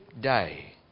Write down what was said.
day